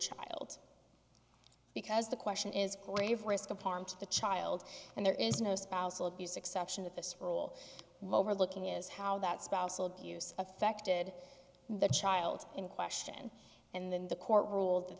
child because the question is grave risk of harm to the child and there is no spousal abuse exception that this rule over looking is how that spousal abuse affected the child in question and then the court ruled that